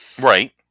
right